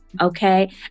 Okay